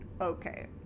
Okay